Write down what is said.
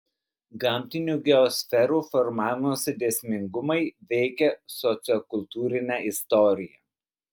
gamtinių geosferų formavimosi dėsningumai veikia sociokultūrinę istoriją